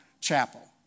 chapel